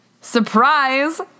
Surprise